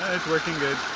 working good,